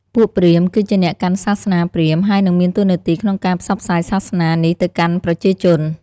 ពួកព្រាហ្មណ៍ គឺជាអ្នកកាន់សាសនាព្រាហ្មញ្ញ ហើយនិងមានតួនាទីក្នុងការផ្សព្វផ្សាយសាសនានេះទៅកាន់ប្រជាជន។